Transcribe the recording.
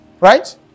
Right